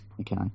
okay